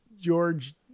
George